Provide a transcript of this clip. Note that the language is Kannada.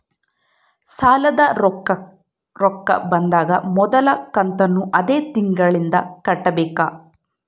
ಸಾಲದ ರೊಕ್ಕ ಬಂದಾಗ ಮೊದಲ ಕಂತನ್ನು ಅದೇ ತಿಂಗಳಿಂದ ಕಟ್ಟಬೇಕಾ?